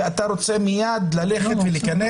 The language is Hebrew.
ואתה רוצה מייד ללכת ולהיכנס,